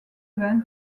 vint